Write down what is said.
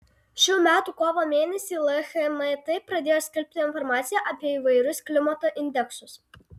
šių metų kovo mėnesį lhmt pradėjo skelbti informaciją apie įvairius klimato indeksus